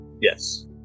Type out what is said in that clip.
Yes